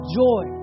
joy